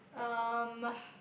um